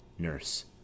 nurse